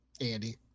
andy